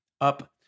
up